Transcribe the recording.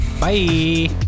Bye